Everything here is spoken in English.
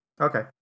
Okay